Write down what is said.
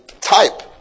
type